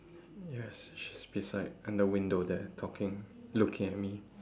yes she is beside and the window there talking looking at me